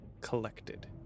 collected